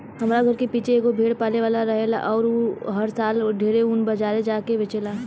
हमरा घर के पीछे एगो भेड़ पाले वाला रहेला अउर उ हर साल ढेरे ऊन बाजारे जा के बेचेला